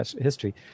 history